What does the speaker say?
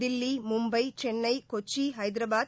Delhi Mumbai Chennai Kochi Hyderabad